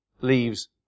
leaves